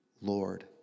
Lord